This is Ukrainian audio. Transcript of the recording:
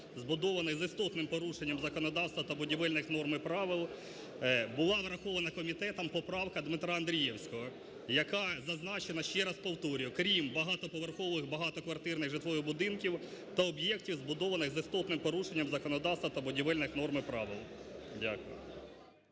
збудований з істотним порушенням законодавства та будівельних норм і правил була врахована комітетом поправка Дмитра Андрієвського, яка зазначена, ще раз повторюю: крім багатоповерхових багатоквартирних житлових будинків та об'єктів, збудованих з істотним порушенням законодавства та будівельних норм і правил. Дякую.